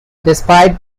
despite